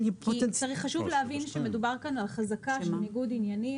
חשוב להבין שמדובר כאן על חזקה של ניגוד עניינים